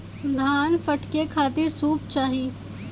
धान फटके खातिर सूप चाही